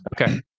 okay